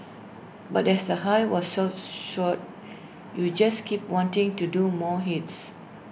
but as the high was so short you just keep wanting to do more hits